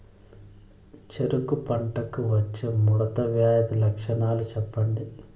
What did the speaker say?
చెరుకు పంటకు వచ్చే ముడత వ్యాధి లక్షణాలు చెప్పండి?